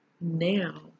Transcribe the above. Now